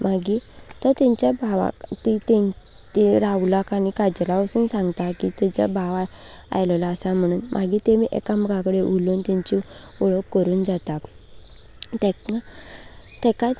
मागीर तो तांच्या भावाक ते राहूलाक आनी काजलाक वचून सांगता की तुजो भाव आयिल्लो आसा म्हणून मागीर तेमी एकामेकां कडेन उलोवन तांची वळख करून जाता ताका ताकाच